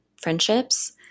friendships